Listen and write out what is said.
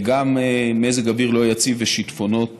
וגם מזג אוויר לא יציב, ושיטפונות